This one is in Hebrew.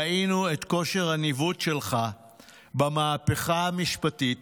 ראינו את כושר הניווט שלך במהפכה המשפטית,